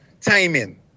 timing